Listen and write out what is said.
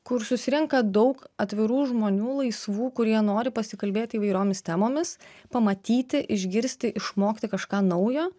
kur susirenka daug atvirų žmonių laisvų kurie nori pasikalbėti įvairiomis temomis pamatyti išgirsti išmokti kažką naujo